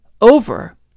over